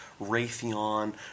Raytheon